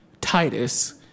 Titus